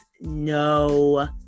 no